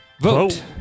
vote